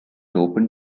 opened